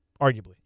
arguably